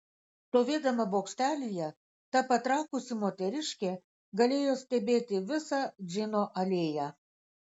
stovėdama bokštelyje ta patrakusi moteriškė galėjo stebėti visą džino alėją